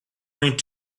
going